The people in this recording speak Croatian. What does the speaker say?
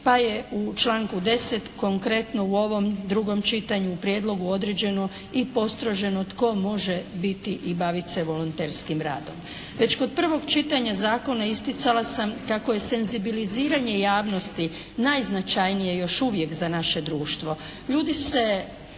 pa je u članku 10. konkretno u ovom drugom čitanju u prijedlogu određeno i postroženo tko može biti i baviti se volonterskim radom. Već kod prvog čitanja zakona isticala sam kako je senzibiliziranje javnosti najznačajnije još uvijek za naše društvo. Ljudi se